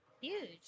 Huge